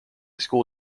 school